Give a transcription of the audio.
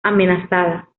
amenazada